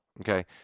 okay